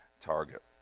target